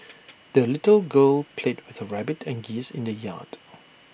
the little girl played with her rabbit and geese in the yard